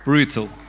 Brutal